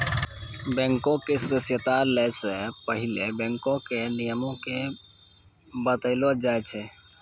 बैंको के सदस्यता लै से पहिले बैंको के नियमो के बतैलो जाय छै